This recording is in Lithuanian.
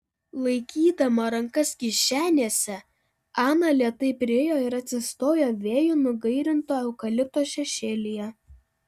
laikydama rankas kišenėse ana lėtai priėjo ir atsistojo vėjų nugairinto eukalipto šešėlyje